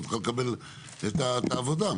לא תוכל לקבל את העבודה.